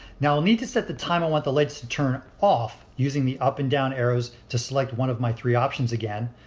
now i'll need to set the time i want the lights to turn off using the up and down arrows to select one of my three options again.